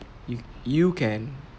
you you can